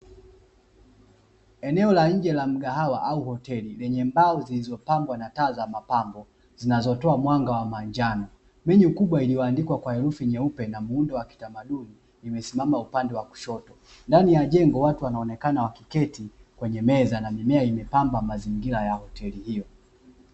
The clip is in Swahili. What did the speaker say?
Eneo la nje la mgahawa au hoteli lenye mbao zilizopambwa na taa za mapambo zinazotoa mwanga wa manjano menu kubwa iliyoandikwa kwa herufi nyeupe na muundo wa kitamaduni imesimama upande wa kushoto, ndani ya jengo watu wanaonekana wakiketi kwenye meza na mimea imepamba mazingira ya hoteli hio.